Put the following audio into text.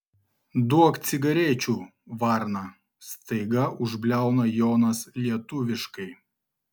duok cigarečių varna staiga užbliauna jonas lietuviškai